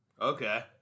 Okay